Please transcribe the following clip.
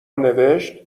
نوشتشبکه